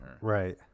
right